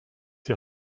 die